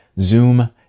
Zoom